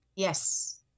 Yes